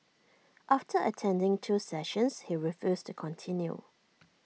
after attending two sessions he refused to continue